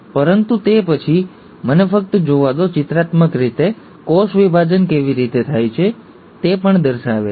પરંતુ તે પછી તેથી મને ફક્ત જોવા દો ચિત્રાત્મક રીતે કોષ વિભાજન કેવી રીતે થાય છે તે પણ દર્શાવે છે